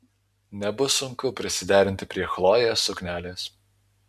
nebus sunku prisiderinti prie chlojės suknelės